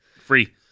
free